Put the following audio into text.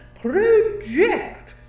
PROJECT